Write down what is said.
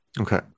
Okay